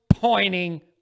Pointing